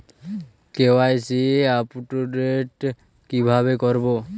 KYC update কিভাবে করবো?